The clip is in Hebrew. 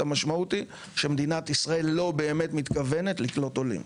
המשמעות היא שמדינת ישראל לא באמת מתכוונת לקלוט עולים.